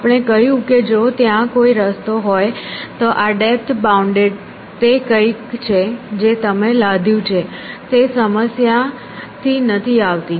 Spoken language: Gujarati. આપણે કહ્યું કે જો ત્યાં કોઈ રસ્તો હોય તો આ ડેપ્થ બાઉન્ડેડ તે કંઈક છે જે તમે લાદ્યું છે તે સમસ્યાથી નથી આવતી